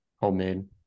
Homemade